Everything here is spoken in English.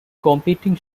competing